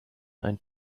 ein